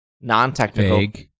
non-technical